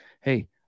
hey